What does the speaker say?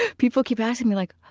ah people keep asking me, like,